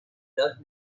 los